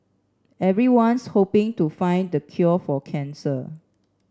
everyone's hoping to find the cure for cancer